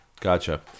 Gotcha